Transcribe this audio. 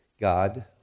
God